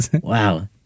Wow